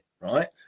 right